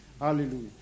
Hallelujah